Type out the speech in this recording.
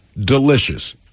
delicious